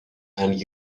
and